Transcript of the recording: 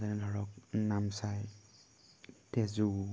যেনে ধৰক নামচাই তেজু